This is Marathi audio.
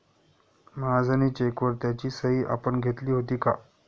महाजनी चेकवर त्याची सही आपण घेतली होती का?